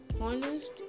honest